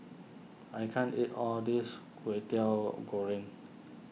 I can't eat all of this Kwetiau Goreng